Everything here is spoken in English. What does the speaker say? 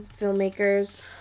filmmakers